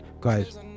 Guys